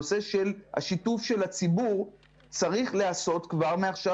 השיתוף של הציבור צריך להיעשות כבר מעכשיו,